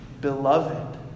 beloved